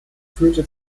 führte